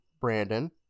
Brandon